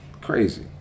Crazy